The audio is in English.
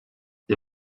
the